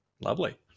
Lovely